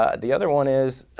ah the other one is